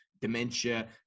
dementia